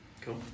Cool